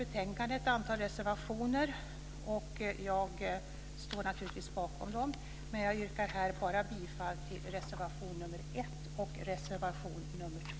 Vi har ett antal reservationer till detta betänkande som jag naturligtvis står bakom, men jag yrkar här bifall bara till reservationerna nr 1